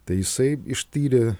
tai jisai ištyrė